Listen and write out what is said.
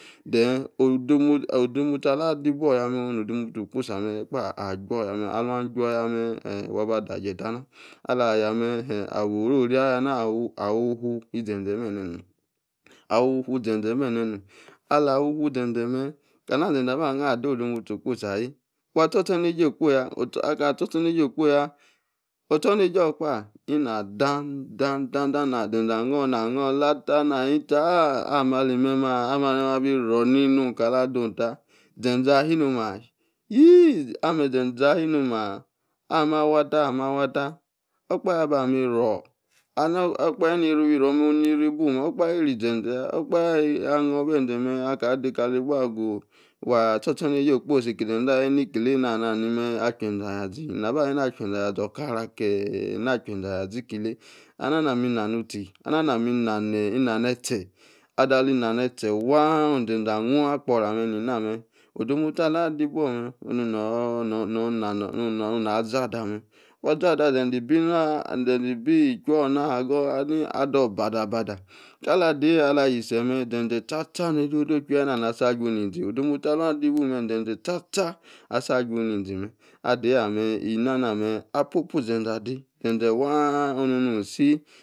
Den, odemostie ala, adi buo yame no-odemostie okposi, ame kpa aju, ya, alu, aju ya, me wa ba da-jie tama, ala yame hem awor, oro-ri ayana, awor uf ufu, ize-ze bene-rom, awor ufu, ize-ze, bene, nom ala, awor, of ufu, ize-ze mem kama, ni-ze-ze aba nor ado-odemostie, okposi ahie, wa, aton nejie akposi ya, aka, ator, ontornejie okposi ya, ostornejie orr kpa ina daam-daan, daan, daan, ze-ze amor ana, omor, lafah, aha ni-chaa, ali meme, abi ru, nenu, kala adu ta, za-za, ahie noma yiees ame ze-za, ahier noma, amah, awata amah, awata okpahe aba, mem iru, aha, nor okpahe ni kuu, ono ni-ri, bu okpahe, iri se-se yaa, okpahe yaa, okpahe, ala, nor be-ze mem aka dekali ibuo agu wa ator, ostornejie okosi, aki se-ze, ahani, niki-bey na-ani ache-ze, aya-ze, nuba, hani-na che-eze, aya-zor-okosa, kie, na, che-eze, aya-zikiley, ana, ni-na mem, ina nu,-tie ana ni- nanem, ina, inetie, ada ali na netie wa ni ze-ze anor, akpora mem, ni na, mem, odemotie ala, de-ibuo mem, oh, na, aza ada, mem, wa zada, ze-ze ibi ichul orr ahh hagor-ada, obadabada, kala, adeyi ala, ayi-isi nem mizeze, sta-sta, no-ojoji ochwie, na asa, ajun ni-zin mem odemostie, alu adi ibuo mem, ze-ze sta-sta, asa aju, nizi mem adai ze-ze wa onu-isi